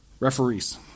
Referees